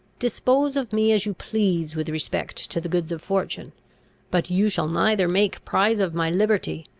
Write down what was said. dispose of me as you please with respect to the goods of fortune but you shall neither make prize of my liberty,